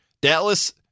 Dallas